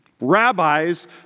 Rabbis